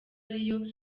ariyo